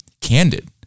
candid